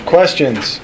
Questions